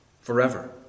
forever